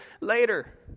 later